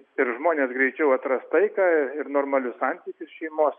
ir žmonės greičiau atras taiką ir normalius santykius šeimos